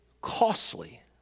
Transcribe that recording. costly